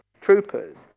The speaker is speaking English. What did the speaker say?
troopers